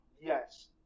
Yes